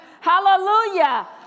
Hallelujah